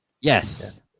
Yes